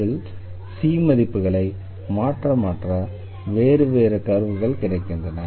இதில் c மதிப்புகளை மாற்ற மாற்ற வேறு வேறு கர்வ்கள் கிடைக்கின்றன